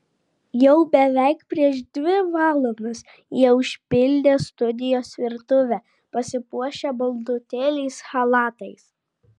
jau beveik prieš dvi valandas jie užpildė studijos virtuvę pasipuošę baltutėliais chalatais